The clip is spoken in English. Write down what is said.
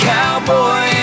Cowboy